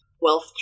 wealth